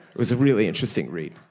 was a really interesting read,